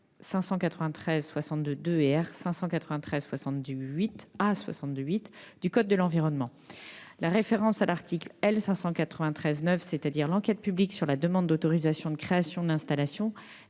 articles R. 593-62-2 à R. 593-62-8 du code de l'environnement. La référence à l'article L. 593-9, concernant l'enquête publique sur la demande d'autorisation de création d'installation,